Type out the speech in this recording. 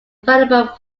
available